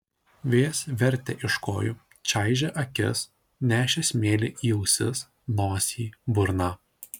vėjas vertė iš kojų čaižė akis nešė smėlį į ausis nosį burną